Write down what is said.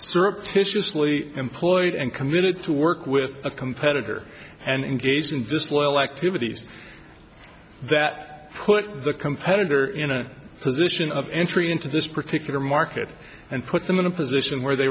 surreptitiously employed and committed to work with a competitor and engaged in disloyal activities that put the competitor in a position of entry into this particular market and put them in a position where they